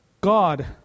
God